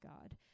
God